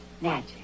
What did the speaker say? Magic